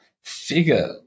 figure